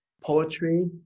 poetry